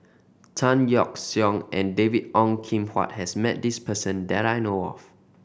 Tan Yeok Seong and David Ong Kim Huat has met this person that I know of